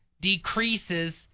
decreases